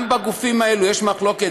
גם בגופים האלה יש מחלוקת,